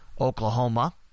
Oklahoma